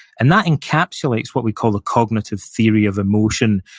and that encapsulates what we call the cognitive theory of emotion,